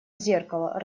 зеркало